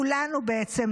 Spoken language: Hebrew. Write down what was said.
כולנו בעצם,